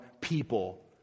people